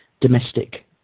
domestic